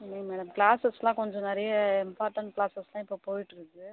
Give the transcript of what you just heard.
இல்லைங்க மேடம் க்ளாசஸ்லாம் கொஞ்சம் நிறைய இம்பார்ட்டண்ட் க்ளாசஸ்லாம் இப்போ போயிட்டுருக்கு